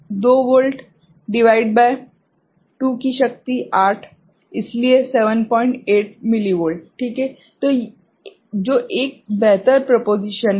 तो 2 वोल्ट भागित 2 की शक्ति 8 इसलिए 78 मिलीवोल्ट ठीक है जो एक बेहतर प्रोपोजीशन है